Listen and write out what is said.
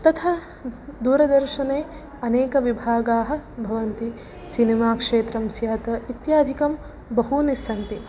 तथा दूरदर्शने अनेकविभागाः भवन्ति सिनेमाक्षेत्रं स्यात् इत्यादिकं बहूनि सन्ति